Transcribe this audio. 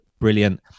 brilliant